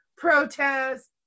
protests